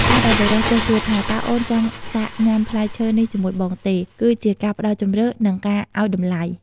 ការដែលបុរសចេះសួរថា "តើអូនចង់សាកញ៉ាំផ្លែឈើនេះជាមួយបងទេ?" គឺជាការផ្ដល់ជម្រើស និងការឱ្យតម្លៃ។